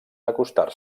acostar